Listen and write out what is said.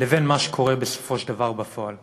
לבין מה שקורה בסופו של דבר בפועל.